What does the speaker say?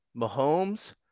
Mahomes